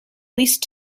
least